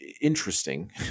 interesting